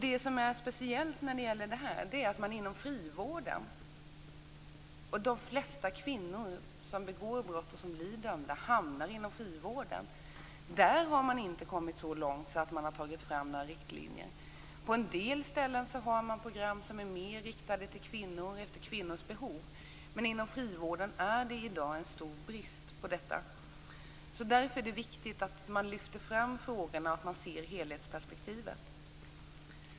Det speciella här är att man inom frivården, där de flesta kvinnor hamnar som begår brott och som blir dömda, inte kommit så långt att riktlinjer har tagits fram. På en del ställen finns det program som är mera riktade till kvinnor efter kvinnors behov men inom frivården är det i dag en stor brist i det avseendet. Därför är det viktigt att lyfta fram frågorna och att se det här i ett helhetsperspektiv.